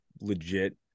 legit